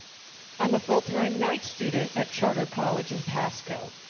i am a full-time night student at charter college in pasco.